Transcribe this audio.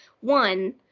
One